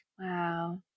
Wow